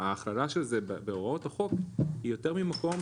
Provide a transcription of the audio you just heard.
גם ההחרגה של זה בהוראות החוק זה יותר ממקום